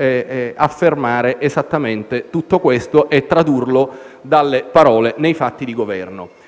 affermare esattamente tutto questo e tradurlo dalle parole in fatti di Governo.